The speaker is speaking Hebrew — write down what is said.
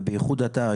ובייחוד אתה,